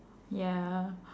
ya